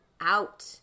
out